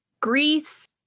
Greece